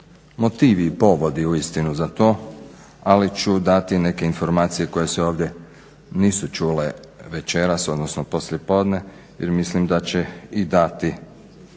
motivi i povodi uistinu za to ali ću dati neke informacije koje se ovdje nisu čule večeras odnosno poslijepodne jer mislim da će i dati